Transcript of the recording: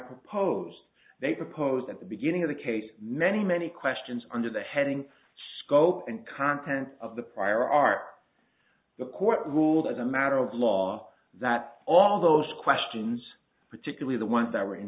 composed they proposed at the beginning of the case many many questions under the heading both and contents of the prior art the court ruled as a matter of law that all those questions particularly the ones that were in